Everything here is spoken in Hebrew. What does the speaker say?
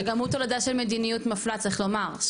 שגם הוא תולדה של מדיניות מפלה, צריך לומר.